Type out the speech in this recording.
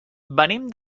venim